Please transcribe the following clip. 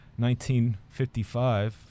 1955